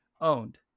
owned